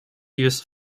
use